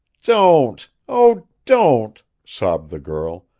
don't! oh, don't! sobbed the girl.